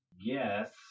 Yes